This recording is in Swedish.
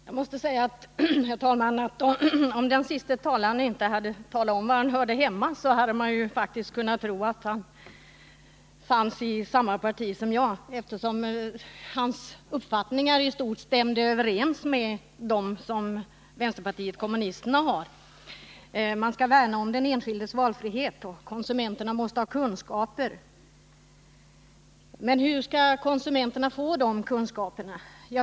Jag måste säga, herr talman, att om den senaste talaren inte hade talat om var han hörde hemma, så hade man faktiskt kunnat tro att han fanns med i samma parti som jag, eftersom hans uppfattningar i stort sett stämde överens med dem som vänsterpartiet kommunisterna har: att man skall värna om den enskildes valfrihet och att konsumenterna måste ha kunskaper. Men hur skall konsumenterna få de kunskaperna?